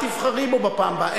אל תבחרי בו בפעם הבאה,